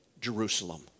Jerusalem